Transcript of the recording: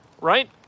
right